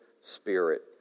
spirit